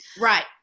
Right